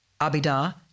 Abida